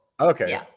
Okay